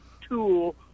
tool